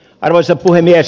arvoisa puhemies